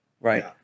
Right